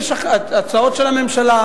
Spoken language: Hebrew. הצעות של הממשלה.